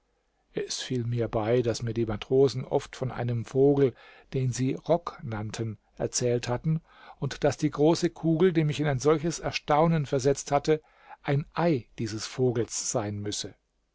es fiel mir bei daß mir die matrosen oft von einem vogel den sie rock nannten erzählt hatten und daß die große kugel die mich in ein solches erstaunen versetzt hatte ein ei dieses vogels sein müsse